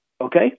Okay